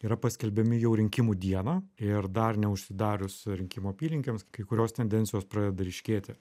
yra paskelbiami jau rinkimų dieną ir dar neužsidarius rinkimų apylinkėms kai kurios tendencijos pradeda ryškėti